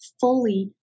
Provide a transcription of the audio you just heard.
fully